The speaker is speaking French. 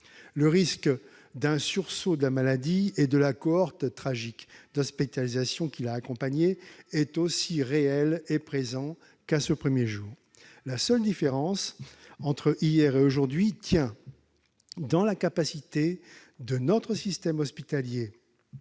Le risque d'un sursaut de la maladie, avec la cohorte tragique d'hospitalisations qui l'a accompagnée, est aussi réel et présent qu'à ses premiers jours. La seule différence entre hier et aujourd'hui tient dans la capacité de notre système hospitalier,